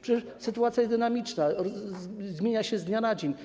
Przecież sytuacja jest dynamiczna, zmienia się z dnia na dzień.